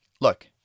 Look